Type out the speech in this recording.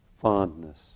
fondness